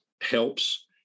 helps